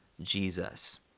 Jesus